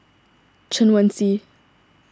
Chen Wen Hsi